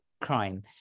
crime